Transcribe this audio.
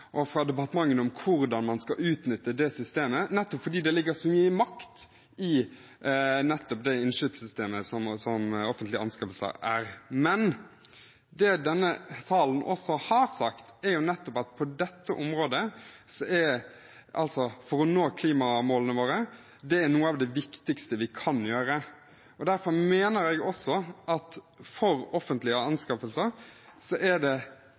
og departementene om hvordan man skal utnytte det systemet, nettopp fordi det ligger så mye makt i det innkjøpssystemet som offentlige anskaffelser er. Det denne salen også har sagt, er at for å nå klimamålene våre er dette området noe av det viktigste vi kan gjøre noe med. Derfor mener jeg også at det er ekstra viktig at vi klarer å utnytte offentlige anskaffelser nettopp for å bidra til å nå målene. Når vi stiller så